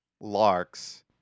larks